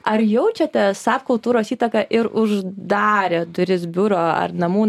ar jaučiate sap kultūros įtaką ir uždarę duris biuro ar namų